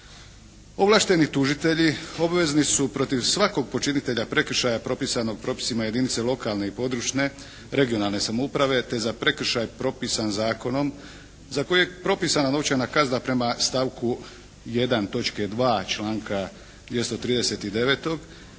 Ovlašteni tužitelji obvezni su protiv svakog počinitelja prekršaja propisanog propisima lokalne i područne (regionalne) samouprave te za prekršaj propisan zakonom za koji je propisana novčana kazna prema stavku 1. točke 2. članka 239.